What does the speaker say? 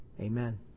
amen